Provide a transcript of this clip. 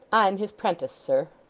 i'm his prentice, sir